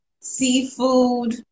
seafood